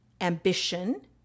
ambition